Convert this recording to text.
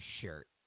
shirt